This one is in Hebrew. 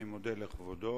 אני מודה לכבודו.